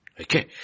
Okay